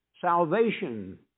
salvation